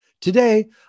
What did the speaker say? Today